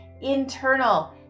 internal